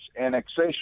annexation